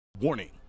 Warning